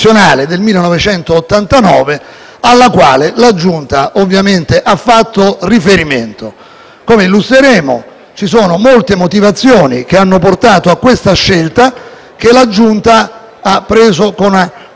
Come illustreremo, ci sono molte motivazioni che hanno portato a questa scelta, che la Giunta ha preso con un'ampia maggioranza. Ovviamente l'ultima parola su questo caso spetterà all'Assemblea del Senato,